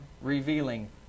revealing